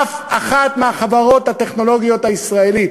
אף אחת מהחברות הטכנולוגיות הישראליות,